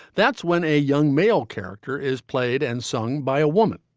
that's when a young male character is played and sung by a woman.